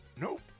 Nope